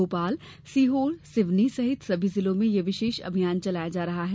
भोपाल सीहोर सिवनी सहित सभी जिलों में यह विशेष अभियान चलाया जा रहा है